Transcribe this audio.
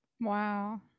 Wow